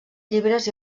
llibres